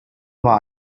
war